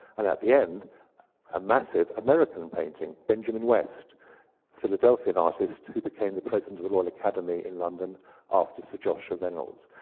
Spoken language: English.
and at the end a massive american painting, benjamin west, a philadelphian artist, who became the president of the royal academy in london after sir joshua reynolds.